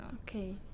Okay